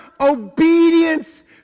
obedience